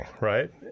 right